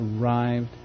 arrived